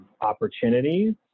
opportunities